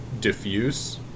diffuse